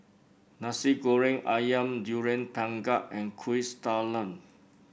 Nasi Goreng ayam Durian Pengat and Kuih Talam